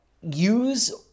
use